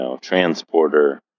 transporter